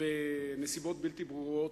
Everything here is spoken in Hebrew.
בנסיבות בלתי ברורות,